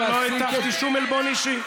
לא הטחתי שום עלבון אישי.